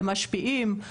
ב"משפיעים",